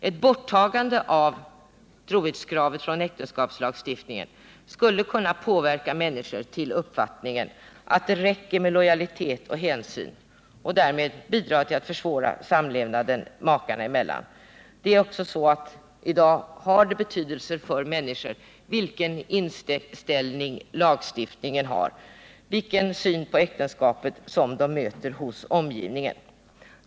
Ett borttagande av trohetskravet ur äktenskapslagstiftningen skulle kunna påverka människor till uppfattningen att det räcker med lojalitet och hänsyn och därmed bidra till att försvåra samlevnaden makar emellan. Det har i dag också betydelse för människor vilken inställning lagstiftningen har och vilken syn på äktenskapet de möter hos omgivningen.